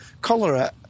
cholera